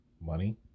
money